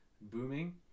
booming